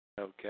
Okay